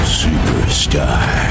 superstar